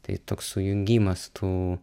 tai toks sujungimas tų